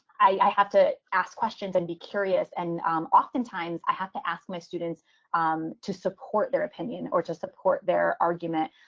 i have to ask questions and be curious. and oftentimes i have to ask my students um to support their opinion or to support their argument.